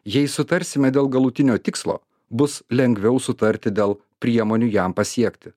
jei sutarsime dėl galutinio tikslo bus lengviau sutarti dėl priemonių jam pasiekti